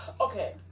okay